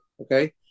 Okay